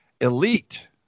elite